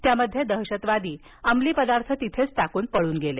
त्यामध्ये दहशतवादी अंमली पदार्थ तिथेच टाकून पळून गेले